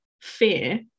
fear